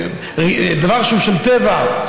דבר שהוא של טבע,